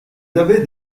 avaient